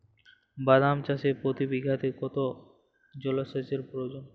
বাদাম চাষে প্রতি বিঘাতে কত সেচের প্রয়োজন?